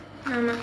ஆமா:aamaa